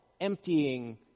emptying